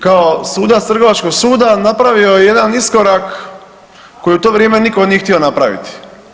Kao sudac Trgovačkog suda napravio je jedan iskorak koji u to vrijeme nitko nije htio napraviti.